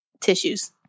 tissues